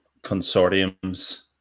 consortiums